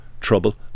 trouble